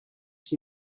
she